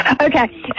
Okay